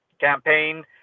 campaign